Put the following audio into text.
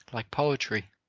like poetry,